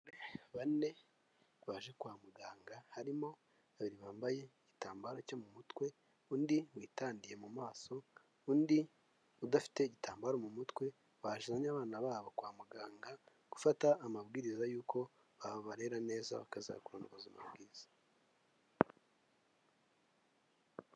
Bane baje kwa muganga, harimo babiri bambaye igitambaro cyo mu mutwe, undi witandiye mu maso, undi udafite igitambaro mu mutwe, bazanye abana babo kwa muganga, gufata amabwiriza y'uko babarera neza bakazakurana ubuzima bwiza.